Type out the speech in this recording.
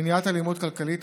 (מניעת אלימות כלכלית),